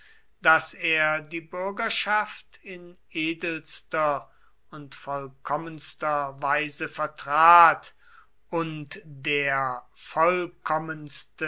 daß er die bürgerschaft in edelster und vollkommenster weise vertrat und der vollkommenste